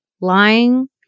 lying